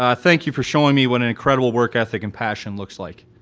ah thank you for showing me what an incredible work ethic and passion looks like.